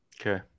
Okay